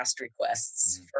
requests